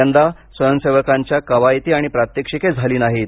यंदा स्वयंसेवकांच्या कवायती आणि प्रात्यक्षिके झाली नाहीत